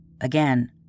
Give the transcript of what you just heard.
Again